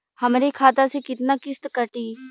हमरे खाता से कितना किस्त कटी?